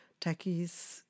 techies